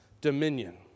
dominion